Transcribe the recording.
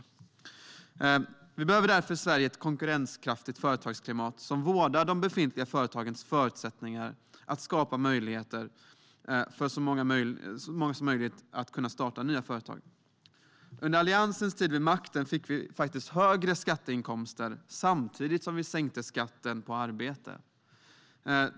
Därför behöver vi i Sverige ett konkurrenskraftigt företagsklimat som vårdar de befintliga företagens förutsättningar och skapar möjligheter för att så många som möjligt ska kunna starta nya företag. Under Alliansens tid vid makten fick vi faktiskt högre skatteinkomster samtidigt som vi sänkte skatten på arbete.